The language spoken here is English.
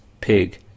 Pig